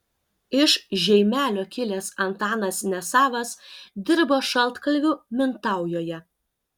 iš žeimelio kilęs antanas nesavas dirbo šaltkalviu mintaujoje